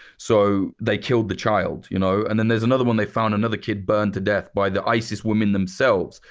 so, they killed the child. you know and then there's another one. they found another kid burned to death by the isis women themselves.